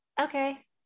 Okay